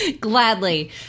Gladly